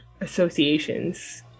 associations